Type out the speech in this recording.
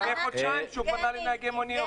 לפני חודשיים, כשהוא פנה לנהגי מוניות.